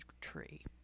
tree